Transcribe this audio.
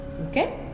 okay